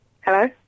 Hello